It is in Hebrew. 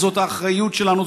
זאת האחריות שלנו,